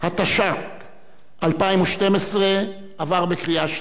התשע"ג 2012, עברה בקריאה שנייה.